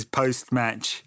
post-match